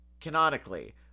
canonically